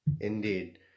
Indeed